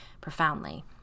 profoundly